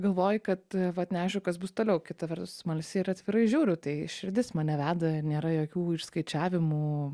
galvoji kad vat neaišku kas bus toliau kita vertus smalsiai ir atvirai žiūriu tai širdis mane veda nėra jokių išskaičiavimų